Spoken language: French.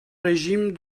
régimes